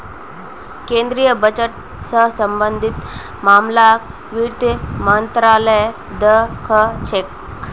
केन्द्रीय बजट स सम्बन्धित मामलाक वित्त मन्त्रालय द ख छेक